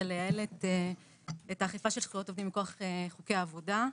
לייעל את האכיפה של זכויות עובדים מכוח חוקי העבודה.